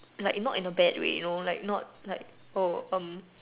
like in not in a bad way you know like not